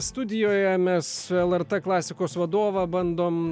studijoje mes lrt klasikos vadovą bandom